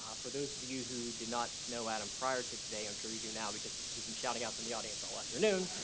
ah for those of you who did not know adam prior to today, i'm sure you do now because he's been shouting out from the audience all afternoon,